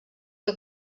que